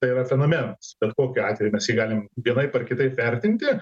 tai yra fenomenas bet kokiu atveju mes jį galim vienaip ar kitaip vertinti